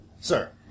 sir